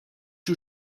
you